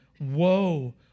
woe